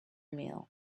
meal